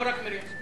לא רק מרים.